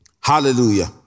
Hallelujah